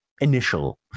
initial